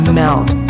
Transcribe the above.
melt